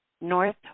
North